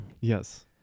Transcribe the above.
yes